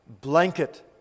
blanket